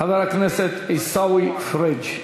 חבר הכנסת עיסאווי פריג'.